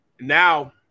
Now